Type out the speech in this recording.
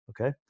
okay